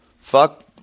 Fuck